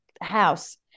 house